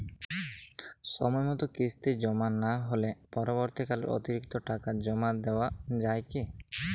সময় মতো কিস্তি জমা না হলে পরবর্তীকালে অতিরিক্ত টাকা জমা দেওয়া য়ায় কি?